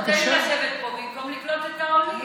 אתה נותן לי לשבת פה במקום לקלוט את העולים.